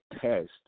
test